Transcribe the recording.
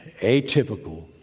atypical